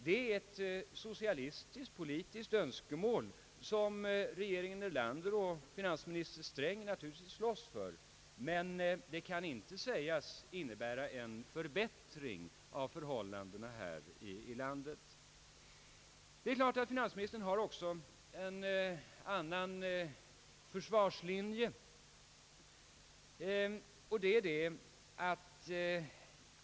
Det är i stället fråga om ett socialistisktpolitiskt önskemål som regeringen Erlander och finansminister Sträng i egenskap av socialdemokrater naturligtvis slåss för men det medför ingen förbättring av de allmänna ekonomiska förhållandena här i landet. Finansministern har också en annan försvarslinje.